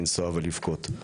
לנסוע ולבכות?